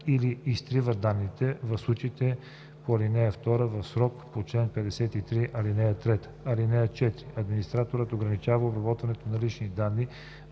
или изтрива данните в случаите по ал. 2 в срока по чл. 53, ал. 3. (4) Администраторът ограничава обработването на личните данни,